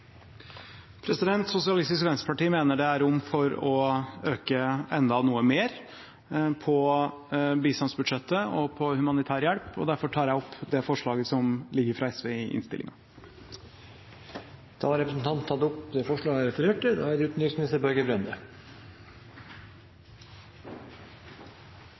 Sosialistisk Venstreparti mener det er rom for å øke enda noe mer på bistandsbudsjettet og på humanitær hjelp, og derfor tar jeg opp det forslaget som foreligger fra SV i innstillingen. Da har representanten Snorre Serigstad Valen tatt opp det forslaget han refererte